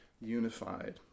unified